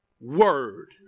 word